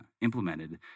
implemented